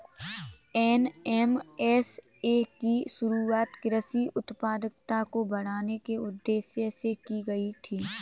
NMSA की शुरुआत कृषि उत्पादकता को बढ़ाने के उदेश्य से की गई थी